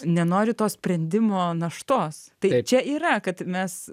nenori tos sprendimo naštos tai čia yra kad mes